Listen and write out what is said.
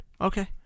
Okay